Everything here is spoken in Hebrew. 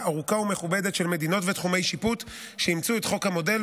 ארוכה ומכובדת של מדינות ותחומי שיפוט שאימצו את חוק המודל,